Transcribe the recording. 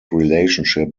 relationship